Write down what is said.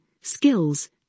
skills